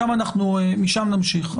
ומשם נמשיך.